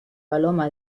paloma